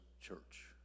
Church